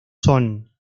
son